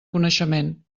coneixement